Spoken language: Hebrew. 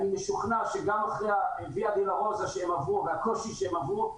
אני משוכנע שגם אחרי הויה-דולורוזה שהם עברו והקושי שהם עברו,